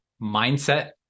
mindset